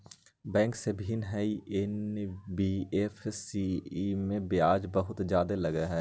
Bank से भिन्न हई एन.बी.एफ.सी इमे ब्याज बहुत ज्यादा लगहई?